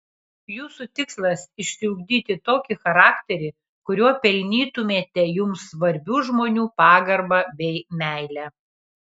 jūsų tikslas išsiugdyti tokį charakterį kuriuo pelnytumėte jums svarbių žmonių pagarbą bei meilę